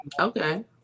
okay